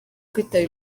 kwitaba